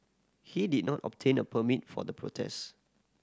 he did not obtain a permit for the protests